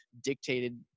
dictated